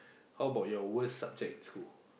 how about your worst subject in school